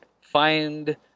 Find